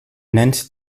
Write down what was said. nennt